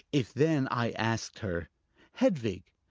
if then i asked her hedvig,